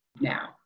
now